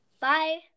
Bye